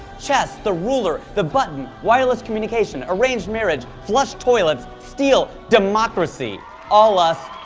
chess, the ruler, the button, wireless communication, arranged marriage flush toilets, steel, democracy all us,